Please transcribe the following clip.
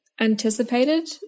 anticipated